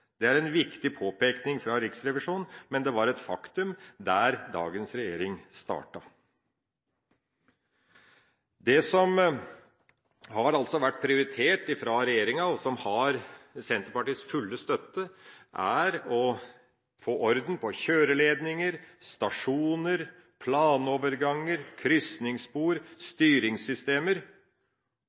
Det er en viktig påpekning fra Riksrevisjonen, men det var et faktum da dagens regjering startet. Det som har vært en prioritet fra regjeringa, og som har Senterpartiets fulle støtte, er å få orden på kjøreledninger, stasjoner, planoverganger, krysningsspor og styringssystemer,